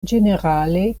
ĝenerale